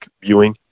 viewing